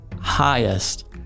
highest